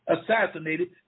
assassinated